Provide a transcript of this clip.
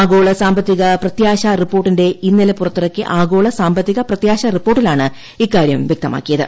ആഗോള സാമ്പത്തിക പ്രത്യാശാ റിപ്പോർട്ടിന്റെ ഇന്നലെ പുറത്തിറക്കിയ ആഗോള സാമ്പത്തിക പ്രത്യാശ്യാ റിപ്പോർട്ടിലാണ് ഇക്കാര്യം വ്യക്തമാക്കിയത്